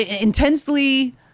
intensely